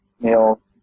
meals